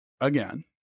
again